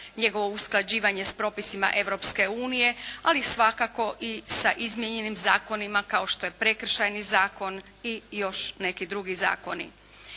njegovo usklađivanje s propisima Europske unije, ali svakako i sa izmijenjenim zakonima kao što je Prekršajni zakon i još neki drugi zakoni.